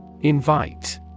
Invite